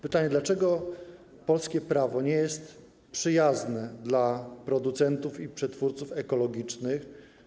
Pytanie, dlaczego polskie prawo nie jest przyjazne dla producentów i przetwórców ekologicznych.